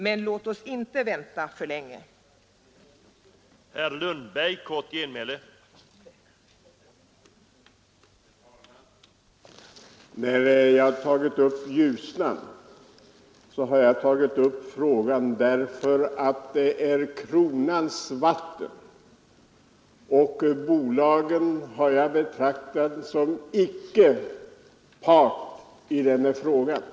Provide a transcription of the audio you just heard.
Men låt oss inte vänta för att Mellanljusnan bör förbli outbyggd, så förutsätter jag — nej, länge!